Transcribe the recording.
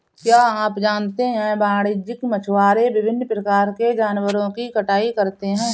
क्या आप जानते है वाणिज्यिक मछुआरे विभिन्न प्रकार के जानवरों की कटाई करते हैं?